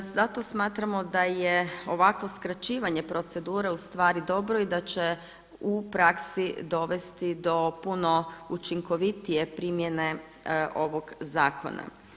Zato smatramo da je ovakvo skraćivanje procedure dobro i da će u praksi dovesti do puno učinkovitije primjene ovog zakona.